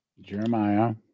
Jeremiah